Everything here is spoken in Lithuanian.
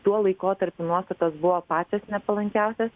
tuo laikotarpiu nuostatos buvo pačios nepalankiausios